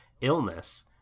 illness